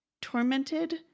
Tormented